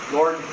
Lord